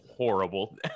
horrible